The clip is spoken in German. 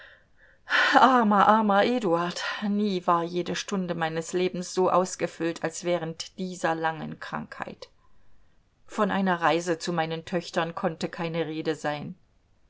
armer armer eduard nie war jede stunde meines lebens so ausgefüllt als während dieser langen krankheit von einer reise zu meinen töchtern konnte keine rede sein